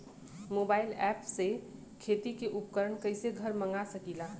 Mobile ऐपसे खेती के उपकरण कइसे घर मगा सकीला?